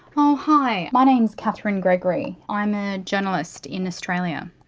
oh hi my name is katherine gregory, i'm a journalist in australia.